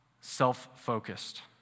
self-focused